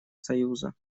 союза